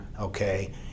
okay